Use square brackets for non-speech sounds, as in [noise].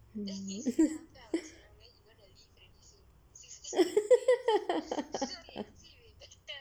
[laughs]